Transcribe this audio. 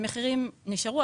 המחירים נשארו,